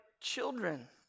children